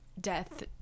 death